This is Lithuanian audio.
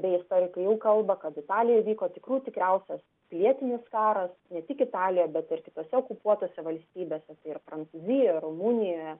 beje istorikai jau kalba kad italijoje vyko tikrų tikriausias pilietinis karas ne tik italijoje bet ir kitose okupuotose valstybėse tai yra prancūzijoje rumuniojea